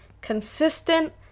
consistent